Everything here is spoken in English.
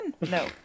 No